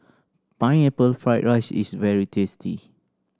Pineapple Fried rice is very tasty